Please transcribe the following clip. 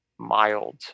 mild